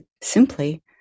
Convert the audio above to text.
simply